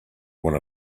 one